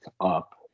up